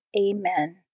Amen